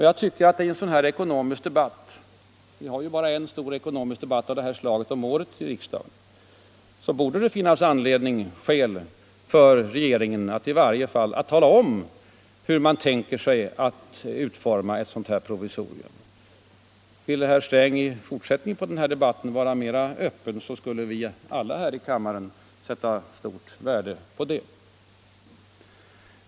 Jag tycker att i en sådan här ekonomisk debatt — vi har ju bara en stor ekonomisk debatt av detta slag om året i riksdagen — borde det finnas skäl för regeringen att tala om i varje fall hur man tänker sig att utforma ett sådant här provisorium. Vill herr Sträng i fortsättningen av denna debatt vara mera öppen, skulle vi alla här i kammaren sätta stort värde på det.